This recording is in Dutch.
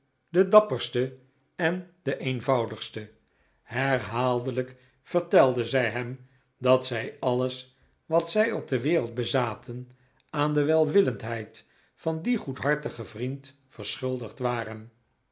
de dapperste en de eenvoudigste herhaaldelijk vertelde zij hem dat zij alles wat zij op de wereld bezaten aan de welwillendheid van dien goedhartigen vriend verschuldigd waren